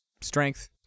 strength